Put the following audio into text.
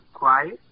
quiet